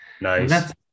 Nice